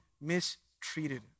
mistreated